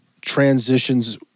transitions